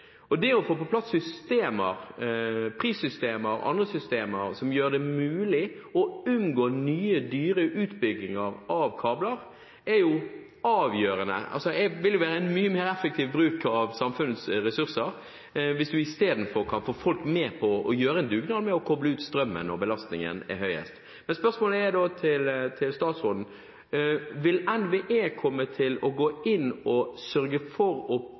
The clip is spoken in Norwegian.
Det å få på plass prissystemer og andre systemer som gjør det mulig å unngå nye, dyre utbygginger av kabler, er avgjørende. Det vil jo være en mye mer effektiv bruk av samfunnets ressurser hvis man isteden kan få folk med på å gjøre en dugnad med å koble ut strømmen, når belastningen er høyest. Spørsmålet til statsråden er da: Vil NVE komme til å gå inn og sørge for